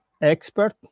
expert